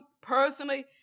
personally